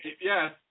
yes